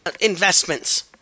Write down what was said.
investments